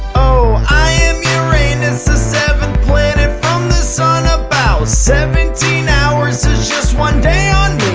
oh, i am uranus, the seventh planet from the sun. about seventeen hours is just one day on me.